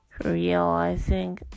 realizing